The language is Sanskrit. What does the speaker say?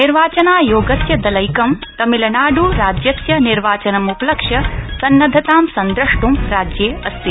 निर्वाचनायोगस्य दलैकम् तमिलनाडु राज्यस्य निर्वाचनमुपलक्ष्य सन्नद्धतां संद्रष्ट्र्ं राज्ये अस्ति